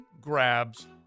grabs